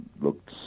looked